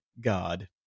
God